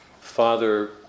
father